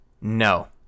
no